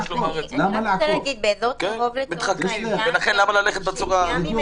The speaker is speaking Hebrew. למה לעקוף אם אפשר לעשות את זה ישר?